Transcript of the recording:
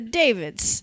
david's